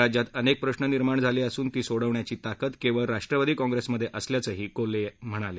राज्यात अनेक प्रश्न निर्माण झाले असून ती सोडवण्याची ताकद केवळ राष्ट्रवादी काँग्रेसमध्ये असल्याचंही ते यावेळी म्हणाले